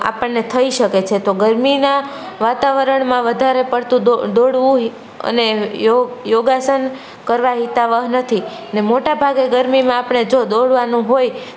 આપણને થઈ શકે છે તો ગરમીનાં વાતાવરણમાં વધારે પડતું દોડવું અને યોગાસન કરવાં હિતાવહ નથી ને મોટાભાગે ગરમીમાં આપણે જો દોડવાનું હોય તો